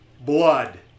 blood